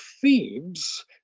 Thebes